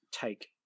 take